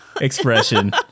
expression